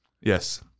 Yes